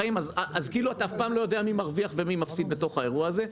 אז כאילו אתה אף פעם לא יודע מי מרוויח ומי מפסיד בתוך האירוע הזה,